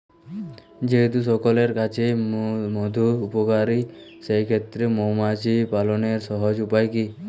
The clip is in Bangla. যেহেতু সকলের কাছেই মধু উপকারী সেই ক্ষেত্রে মৌমাছি পালনের সহজ উপায় কি?